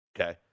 okay